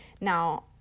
Now